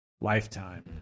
lifetime